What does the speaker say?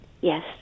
Yes